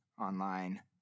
online